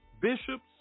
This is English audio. Bishops